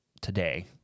today